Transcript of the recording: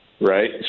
right